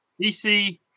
DC